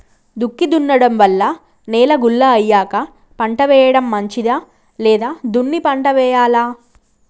దుక్కి దున్నడం వల్ల నేల గుల్ల అయ్యాక పంట వేయడం మంచిదా లేదా దున్ని పంట వెయ్యాలా?